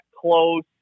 close